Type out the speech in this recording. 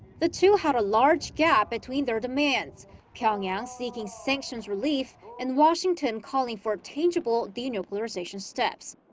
the two had a large gap between their demands pyeongyang seeking sanctions relief, and washington calling for tangible denuclearization steps.